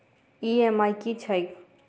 EMI की छैक?